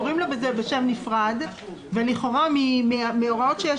קוראים לזה בשם נפרד ולכאורה מהוראות שיש